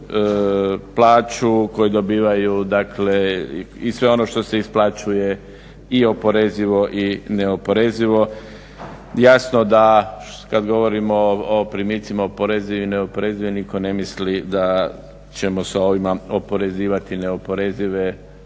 onima koji dobivaju plaću i sve ono što se isplaćuje i oporezivo i neoporezivo. Jasno da kada govorimo o primicima oporezivim i neoporezivim nitko ne misli da ćemo s ovim oporezivati neoporezive